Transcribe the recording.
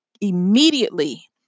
immediately